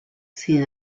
sin